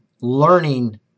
Learning